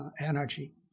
energy